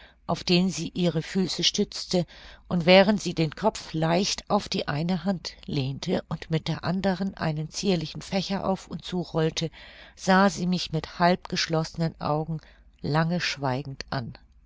auf den sie ihre füße stützte und während sie den kopf leicht auf die eine hand lehnte und mit der andern einen zierlichen fächer auf und zu rollte sah sie mich mit halb geschlossenen augen lange schweigend an